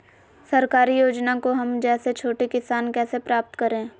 सरकारी योजना को हम जैसे छोटे किसान कैसे प्राप्त करें?